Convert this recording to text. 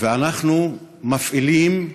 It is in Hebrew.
שהוא חילוני,